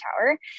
tower